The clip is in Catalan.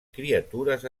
criatures